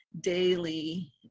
daily